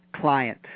client